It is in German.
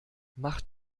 macht